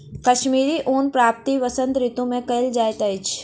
कश्मीरी ऊनक प्राप्ति वसंत ऋतू मे कयल जाइत अछि